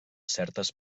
certes